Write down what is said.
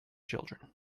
children